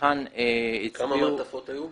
היכן הצביעו --- כמה מעטפות היו?